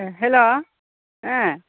हेल' ओ